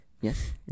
Yes